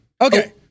Okay